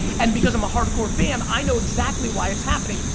and because i'm a hardcore fan, i know exactly why it's happening.